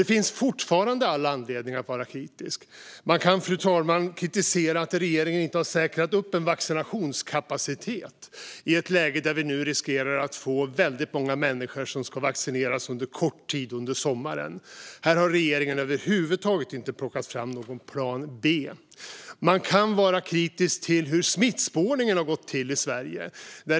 Det finns fortfarande all anledning att vara kritisk. Man kan, fru talman, kritisera att regeringen inte har säkrat en vaccinationskapacitet i ett läge där vi riskerar att få väldigt många människor som ska vaccineras under en kort tid under sommaren. Här har regeringen över huvud taget inte plockat fram någon plan B. Man kan vara kritisk till hur smittspårningen har gått till i Sverige.